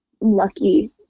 lucky